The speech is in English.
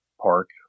park